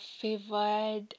favored